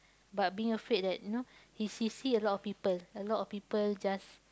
but being afraid that you know she she she see a lot of people a lot of people just